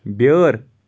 بیٛٲر